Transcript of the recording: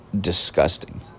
disgusting